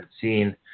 seen